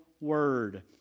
word